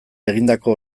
egindako